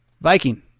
Viking